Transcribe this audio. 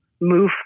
move